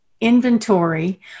Inventory